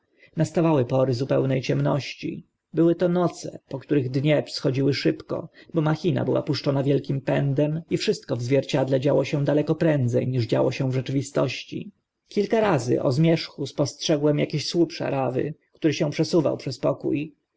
słońca nastawały pory zupełne ciemności były to noce po których dni schodziły szybko bo machina była puszczona wielkim pędem i wszystko w zwierciedle działo się daleko prędze niż działo się w rzeczywistości kilka razy o zmierzchu spostrzegłem akiś słup szarawy który się przesuwał przez pokó